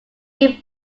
give